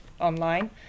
online